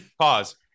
Pause